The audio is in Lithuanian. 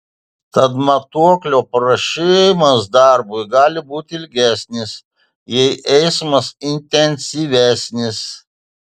tad matuoklio paruošimas darbui gali būti ilgesnis jei eismas intensyvesnis